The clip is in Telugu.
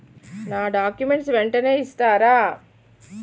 నా డాక్యుమెంట్స్ వెంటనే ఇస్తారా?